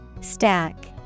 Stack